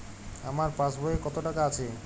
আমার পাসবই এ কত টাকা আছে?